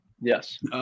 Yes